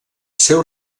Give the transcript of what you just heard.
seu